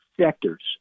sectors